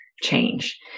change